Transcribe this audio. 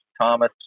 Thomas